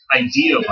idea